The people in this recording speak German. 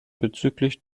bezüglich